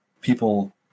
people